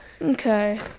Okay